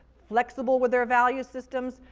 flexible with their value systems.